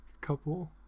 couple